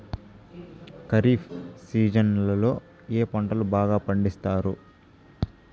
ఖరీఫ్ సీజన్లలో ఏ పంటలు బాగా పండిస్తారు